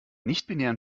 nichtbinären